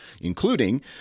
including